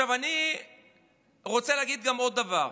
אני רוצה להגיד עוד דבר: